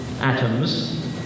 atoms